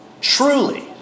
truly